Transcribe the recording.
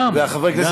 גם,